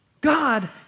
God